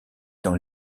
dans